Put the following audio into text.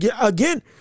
again